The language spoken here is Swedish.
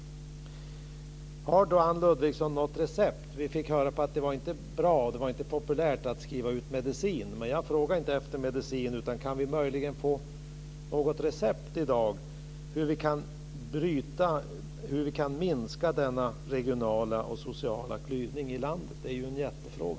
Har då Anne Ludvigsson något recept? Vi fick just höra att det inte var populärt att skriva ut medicin. Men jag frågade inte efter medicin. Kan vi möjligen få något recept i dag på hur vi kan bryta och minska denna regionala och sociala klyvning i landet? Det är en jättefråga.